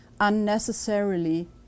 unnecessarily